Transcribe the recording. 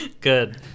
good